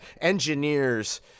engineers